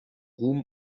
ruhm